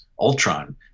Ultron